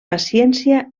paciència